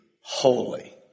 holy